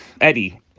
Eddie